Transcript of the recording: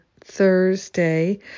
Thursday